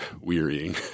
wearying